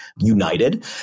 united